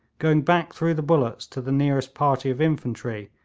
going back through the bullets to the nearest party of infantry,